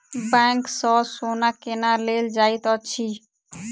bank सँ सोना केना लेल जाइत अछि